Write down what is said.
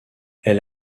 elle